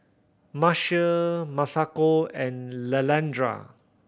Marcia Masako and Leandra